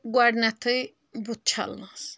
گۄڈٕنٮ۪تھٕے بُتھ چھلنس